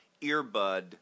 earbud